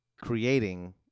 creating